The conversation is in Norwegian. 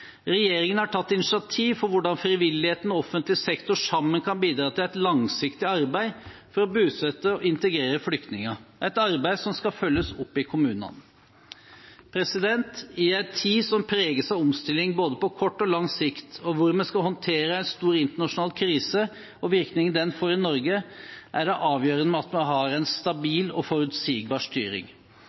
Regjeringen har tatt initiativ for hvordan frivilligheten og offentlig sektor sammen kan bidra til et langsiktig arbeid for å bosette og integrere flyktninger, et arbeid som skal følges opp i kommunene. I en tid som preges av omstilling på både kort og lang sikt, og hvor vi skal håndtere en stor internasjonal krise og virkningen den får i Norge, er det avgjørende at vi har en stabil og forutsigbar styring.